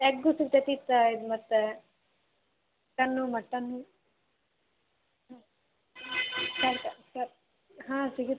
egg ಸಿಗ್ತೈತಿ ತ ಇದು ಮತ್ತು ಚಿಕನ್ನು ಮಟನ್ನು ತರ್ ತರ್ ಹಾಂ ಸಿಗುತ್ತೆ